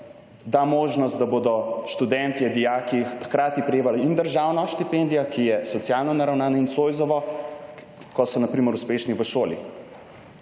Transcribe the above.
da možnost, da bodo študentje, dijaki hkrati prejemali in državno štipendijo, ki je socialno naravnana, in Zoisovo, ko so na primer uspešni v šoli.